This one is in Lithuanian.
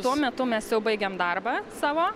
tuo metu mes jau baigiam darbą savo